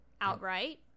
outright